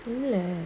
இல்ல:illa